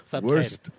Worst